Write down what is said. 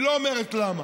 היא לא אומרת למה,